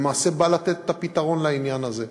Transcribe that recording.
למעשה בא לתת את הפתרון לעניין הזה.